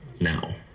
now